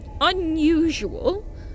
unusual